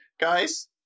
Guys